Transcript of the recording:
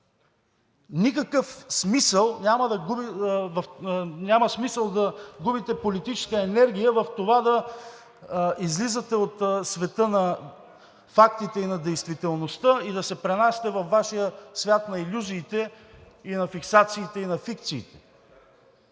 Няма смисъл да губите политическа енергия в това да излизате от света на фактите и на действителността и да се пренасяте във Вашия свят на илюзиите, на фиксациите и на фикциите.